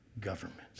governments